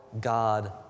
God